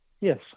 Yes